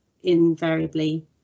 invariably